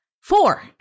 four